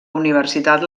universitat